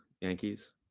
Yankees